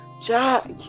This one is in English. Jack